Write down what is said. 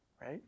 right